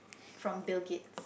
from Bill-Gates